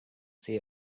see